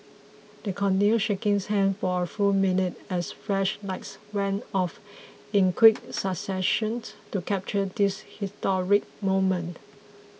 they continued shaking hands for a full minute as flashlights went off in quick succession to capture this historic moment